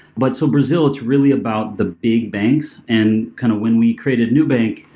but so, brazil, it's really about the big banks, and kind of when we created nubank,